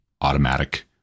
automatic